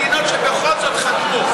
יש מדינות שבכל זאת חתמו,